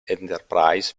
enterprise